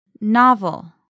novel